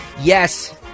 Yes